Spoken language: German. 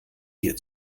dir